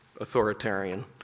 authoritarian